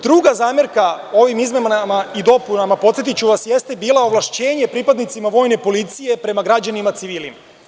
Druga zamerka ovim izmenama i dopunama, podsetiću vas, jeste bila ovlašćenje pripadnicima vojne policije prema građanima civilima.